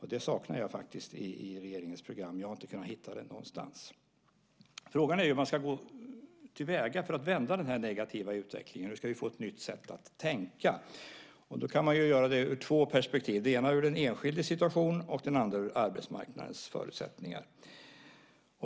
Det saknar jag i regeringens program. Jag har inte kunnat hitta det någonstans. Frågan är hur man ska gå till väga för att vända den negativa utvecklingen. Hur ska vi få ett nytt sätt att tänka? Man kan se på detta utifrån två perspektiv. Det ena är utifrån den enskildes situation och det andra utifrån arbetsmarknadens förutsättningar.